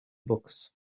books